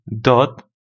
dot